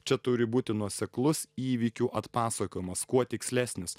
čia turi būti nuoseklus įvykių atpasakojimas kuo tikslesnis